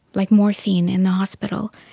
like morphine in the hospital,